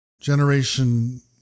Generation